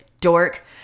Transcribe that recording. dork